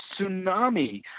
tsunami